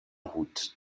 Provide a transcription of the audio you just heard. route